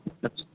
اچھا